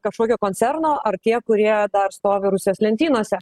kažkokio koncerno ar tie kurie dar stovi rusijos lentynose